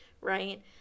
right